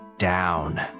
Down